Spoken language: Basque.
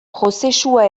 prozesua